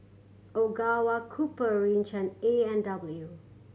Ogawa Copper Ridge and A and W